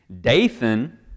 Dathan